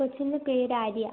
കൊച്ചിൻ്റെ പേര് ആര്യ